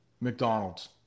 McDonald's